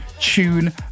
tune